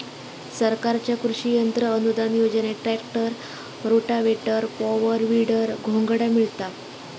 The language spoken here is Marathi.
सरकारच्या कृषि यंत्र अनुदान योजनेत ट्रॅक्टर, रोटावेटर, पॉवर, वीडर, घोंगडा मिळता